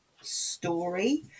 story